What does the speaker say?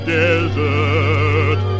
desert